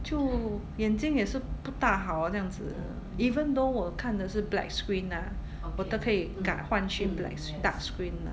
就眼睛也是不大好 ah 这样子 even though 我看的是 black screen lah 我都可以改换去 black dark screen lah